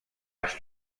als